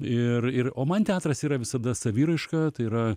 ir ir o man teatras yra visada saviraiška tai yra